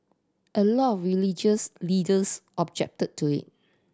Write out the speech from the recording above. a lot of religious leaders objected to it